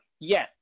Yes